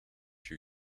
you